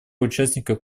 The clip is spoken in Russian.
участников